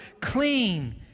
clean